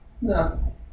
no